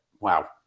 wow